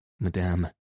madame